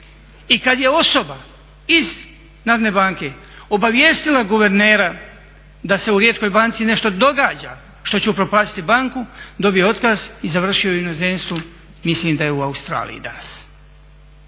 I kad je osoba iz Narodne banke obavijestila guvernera da se u Riječkoj banci nešto događa što će upropastiti banku dobije otkaz i završio je u inozemstvu, mislim da je u Australiji danas.